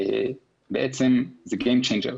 בעצם זה גיים צ'נג'ר.